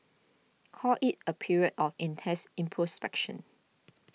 call it a period of intense